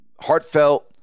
heartfelt